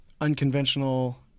unconventional